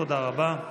תודה רבה.